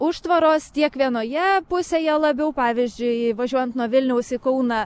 užtvaros tiek vienoje pusėje labiau pavyzdžiui važiuojant nuo vilniaus į kauną